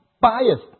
biased